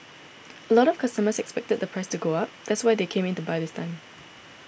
a lot of customers expected the price to go up that's why they came in to buy this time